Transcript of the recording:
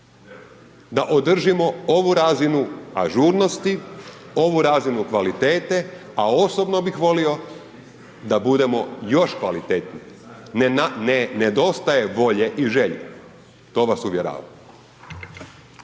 da održimo ovu razinu ažurnosti, ovu razinu kvalitete, a osobno bih volio da budemo još kvalitetniji. Ne nedostaje volje i želje, to vas uvjeravam.